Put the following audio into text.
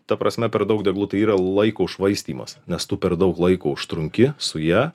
ta prasme per daug deglu tai yra laiko švaistymas nes tu per daug laiko užtrunki su ja